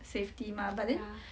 safety mah but then